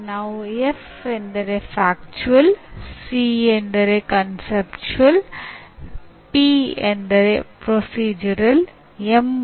conditioning ಮೂಲಕ ನಾವು ಜನರನ್ನು ಅಪೇಕ್ಷಣೀಯ ರೀತಿಯಲ್ಲಿ ಪ್ರತಿಕ್ರಿಯಿಸುವಂತೆ ಮಾಡಬಹುದು